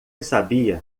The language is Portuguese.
sabia